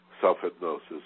self-hypnosis